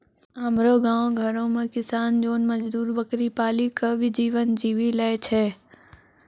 हमरो गांव घरो मॅ किसान जोन मजदुर बकरी पाली कॅ भी जीवन जीवी लॅ छय